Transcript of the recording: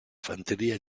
fanteria